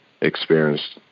experienced